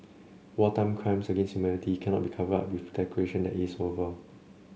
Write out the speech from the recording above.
wartime crimes against humanity cannot be covered up with a declaration that it is over